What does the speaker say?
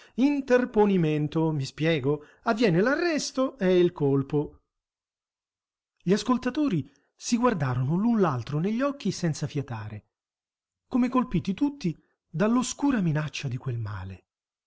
embolé interponimento mi spiego avviene l'arresto e il colpo gli ascoltatori si guardarono l'un l'altro negli occhi senza fiatare come colpiti tutti dall'oscura minaccia di quel male